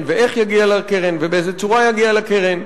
ואיך יגיע לקרן ובאיזו צורה יגיע לקרן.